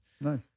Nice